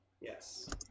Yes